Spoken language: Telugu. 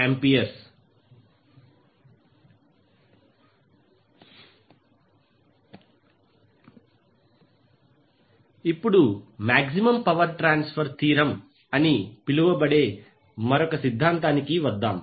48A ఇప్పుడు మాక్సిమం పవర్ ట్రాన్స్ఫర్ థీరం అని పిలువబడే మరొక సిద్ధాంతానికి వద్దాం